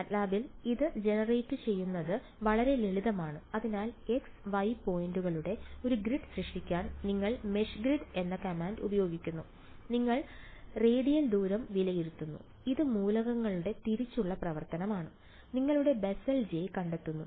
MATLAB ൽ ഇത് ജനറേറ്റുചെയ്യുന്നത് വളരെ ലളിതമാണ് അതിനാൽ X Y പോയിന്റുകളുടെ ഒരു ഗ്രിഡ് സൃഷ്ടിക്കാൻ നിങ്ങൾ മെഷ്ഗ്രിഡ് എന്ന കമാൻഡ് ഉപയോഗിക്കുന്നു നിങ്ങൾ റേഡിയൽ ദൂരം വിലയിരുത്തുന്നു ഇത് മൂലകങ്ങളുടെ തിരിച്ചുള്ള പ്രവർത്തനമാണ് നിങ്ങളുടെ ബെസൽ ജെ കണ്ടെത്തൂ